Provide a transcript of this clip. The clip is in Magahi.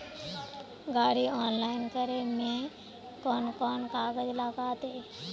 गाड़ी ऑनलाइन करे में कौन कौन कागज लगते?